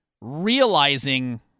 realizing